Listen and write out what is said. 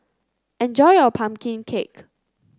enjoy your pumpkin cake